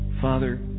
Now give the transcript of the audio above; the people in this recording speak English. Father